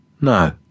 No